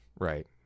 right